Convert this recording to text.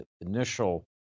initial